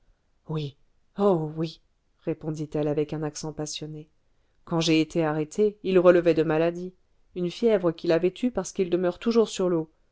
oui oh oui répondit-elle avec un accent passionné quand j'ai été arrêtée il relevait de maladie une fièvre qu'il avait eue parce qu'il demeure toujours sur l'eau